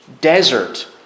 desert